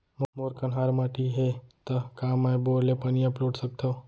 मोर कन्हार माटी हे, त का मैं बोर ले पानी अपलोड सकथव?